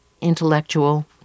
intellectual